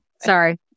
Sorry